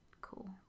cool